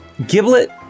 giblet